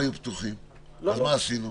אז מה עשינו?